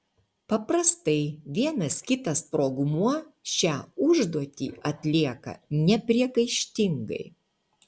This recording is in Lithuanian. paprastai vienas kitas sprogmuo šią užduotį atlieka nepriekaištingai